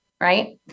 Right